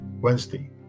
wednesday